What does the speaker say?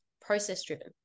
Process-driven